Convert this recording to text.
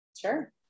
Sure